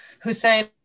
Hussein